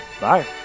bye